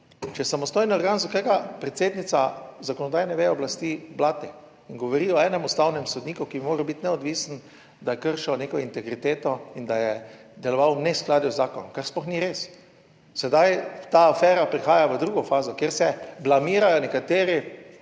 je samostojni organ, zakaj ga predsednica zakonodajne veje oblasti blati in govori o enem ustavnem sodniku, ki bi moral biti neodvisen, da je kršil neko integriteto in da je deloval v neskladju z zakonom, kar sploh ni res. Sedaj ta afera prihaja v drugo fazo, kjer se blamirajo nekateri